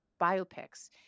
biopics